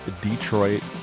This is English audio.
Detroit